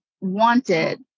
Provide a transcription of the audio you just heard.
wanted